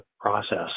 process